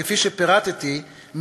כפי שפירטתי,